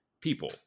people